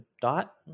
Dot